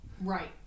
Right